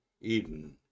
Eden